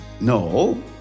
No